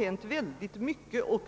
Det har hänt många och